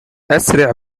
أسرع